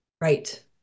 right